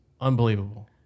unbelievable